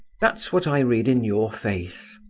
that's what i read in your face.